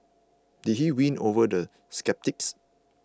did he win over the sceptics